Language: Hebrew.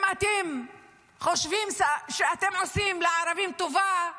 אם אתם חושבים שאתם עושים לערבים טובה,